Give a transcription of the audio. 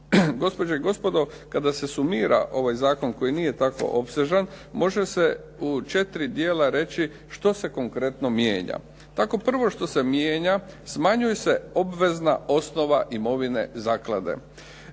Gospođe i gospodo, kada se sumira ovaj zakon koji nije tako opsežan može se u četiri dijela reći što se konkretno mijenja. Tako prvo što se mijenja smanjuje se obvezna osnova imovine zaklade.